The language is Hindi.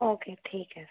ओके ठीक है सर